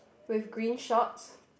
with green shorts